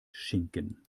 schinken